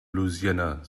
louisiana